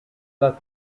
that